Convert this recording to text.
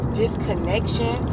disconnection